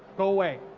go away.